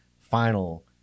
final